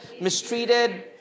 mistreated